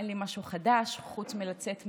אין לי משהו חדש, חוץ מלצאת מהארון.